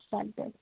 चालतं आहे